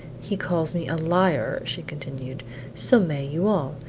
he calls me a liar, she continued so may you all.